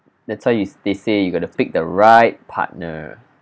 that's why you they say you got to pick the right partner